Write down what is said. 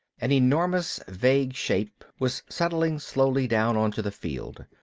an enormous vague shape was setting slowly down onto the field.